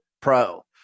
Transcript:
pro